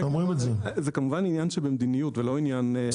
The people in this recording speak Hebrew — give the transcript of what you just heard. כמובן זה עניין של מדיניות, לא משפטי.